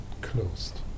closed